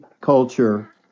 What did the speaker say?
culture